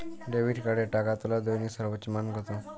Debit কার্ডে টাকা তোলার দৈনিক সর্বোচ্চ মান কতো?